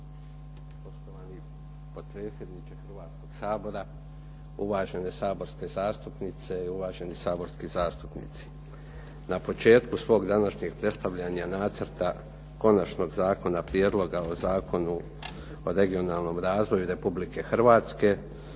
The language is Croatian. potpredsjedniče Hrvatskog sabora, uvažene saborske zastupnice i uvaženi saborski zastupnici. Na početku svog današnjeg predstavljanja nacrta konačnog zakona, prijedloga o Zakonu o regionalnom razvoju Republike Hrvatske,